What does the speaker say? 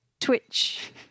twitch